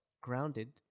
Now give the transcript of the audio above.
grounded